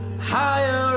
higher